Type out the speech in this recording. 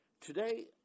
today